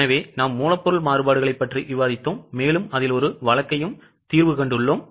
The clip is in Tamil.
எனவே நாம் மூலப்பொருள் மாறுபாடுகளைப் பற்றி விவாதித்தோம் மேலும் அதில் ஒரு வழக்கையும் செய்துள்ளோம்